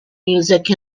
music